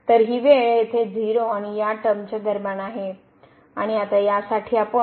तर ही वेळ येथे 0 आणि या टर्म दरम्यान आहे